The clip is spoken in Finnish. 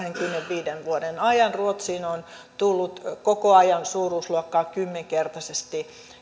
kahdenkymmenenviiden vuoden ajan ruotsiin on tullut koko ajan suuruusluokkaa kymmenkertaisesti